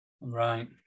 Right